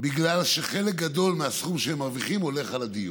בגלל שחלק גדול מהסכום שהם מרוויחים הולך על הדיור.